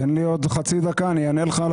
תן לי עוד חצי דקה, ואני אענה לך על השאלה.